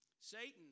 Satan